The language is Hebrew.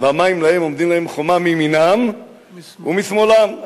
"והמים להם חומה מימינם ומשמאלם".